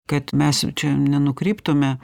kad mes čia nenukryptume